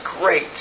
great